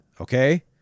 Okay